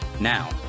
Now